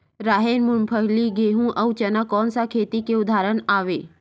राहेर, मूंगफली, गेहूं, अउ चना कोन सा खेती के उदाहरण आवे?